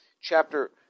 chapter